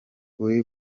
uri